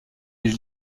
les